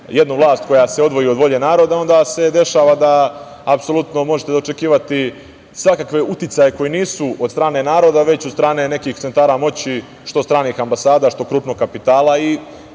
jednu vlast koja se odvoji od volje naroda, onda se dešava da apsolutno možete očekivati svakakve uticaje koji nisu od strane naroda već od strane nekih centara moći, što stranih ambasada, što krupnog kapitala.